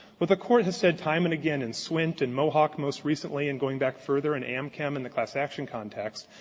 what the court has said time and again in swint and mohawk, most recently, and going back further in amcam in the class action context,